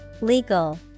Legal